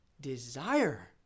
desire